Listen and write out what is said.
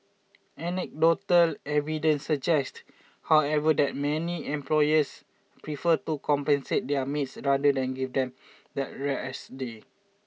anecdotal evidence suggests however that many employers prefer to compensate their maids rather than give them that rest day